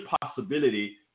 possibility